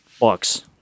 Bucks